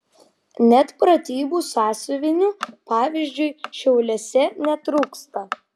net pratybų sąsiuvinių pavyzdžiui šiauliuose netrūksta